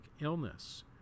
illness